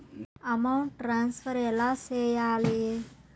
amount transfer ఎలా సేయాలి